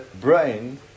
brain